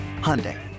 Hyundai